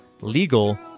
legal